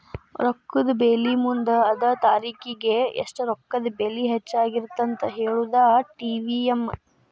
ರೊಕ್ಕದ ಬೆಲಿ ಮುಂದ ಅದ ತಾರಿಖಿಗಿ ಎಷ್ಟ ರೊಕ್ಕದ ಬೆಲಿ ಹೆಚ್ಚಾಗಿರತ್ತಂತ ಹೇಳುದಾ ಟಿ.ವಿ.ಎಂ